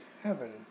heaven